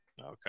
Okay